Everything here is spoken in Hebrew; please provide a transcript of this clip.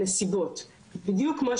זה לא שונה מאייך שתיארתי קודם.